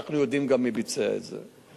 אנחנו יודעים גם מי ביצע את זה.